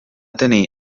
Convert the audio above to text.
tenir